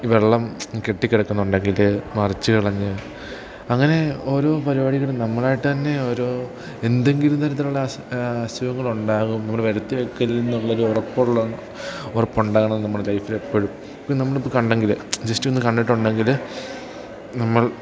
ഈ വെള്ളം കെട്ടിക്കിടക്കുന്നുണ്ടെങ്കിൽ മറച്ചു കളഞ്ഞ് അങ്ങനെ ഓരോ പരിപാടികൾ നമ്മളായിട്ട് തന്നെ ഓരോ എന്തെങ്കിലും തരത്തിലുള്ള അസു അസുഖങ്ങളുണ്ടാകും നമ്മൾ വരുത്തി വെക്കലിൽ നിന്നുള്ളൊരു ഉറപ്പുള്ള ഉറപ്പുണ്ടാകണം നമ്മുടെ ലൈഫിൽ എപ്പോഴും പിന്നെ നമ്മളിപ്പം കണ്ടെങ്കിൽ ജസ്റ്റ് ഒന്നു കണ്ടിട്ടുണ്ടെങ്കിൽ നമ്മൾ